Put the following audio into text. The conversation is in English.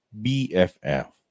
BFF